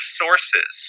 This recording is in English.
sources